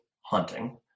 hunting